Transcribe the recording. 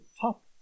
top